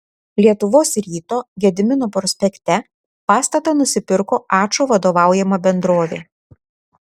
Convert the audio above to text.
lietuvos ryto gedimino prospekte pastatą nusipirko ačo vadovaujama bendrovė